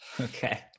Okay